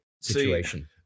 situation